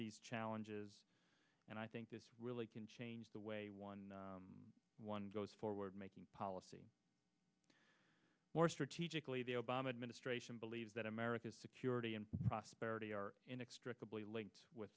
these challenges and i think this really can change the way one one goes forward making policy more strategically the obama administration believes that america's security and prosperity are inextricably linked with